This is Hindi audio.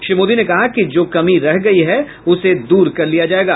श्री मोदी ने कहा कि जो कमी रह गयी है उसे दूर कर लिया जायेगा